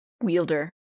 wielder